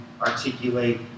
articulate